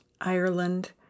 Ireland